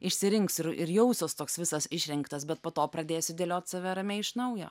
išsirinksiu ir ir jausiuos toks visas išrinktas bet po to pradėsiu dėliot save ramiai iš naujo